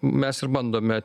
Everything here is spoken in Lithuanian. mes ir bandome